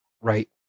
Right